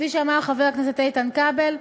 וכפי שאמר חבר הכנסת איתן כבל,